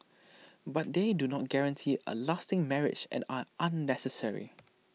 but they do not guarantee A lasting marriage and are unnecessary